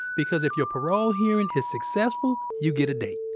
because if your parole hearing is successful, you get a date.